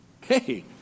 Hey